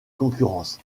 concurrence